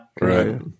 Right